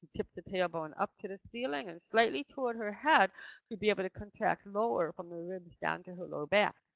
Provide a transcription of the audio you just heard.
tilt the tail bone up to the ceiling and slightly pulled her head to be able to contract lower from the ribs down to her lower back.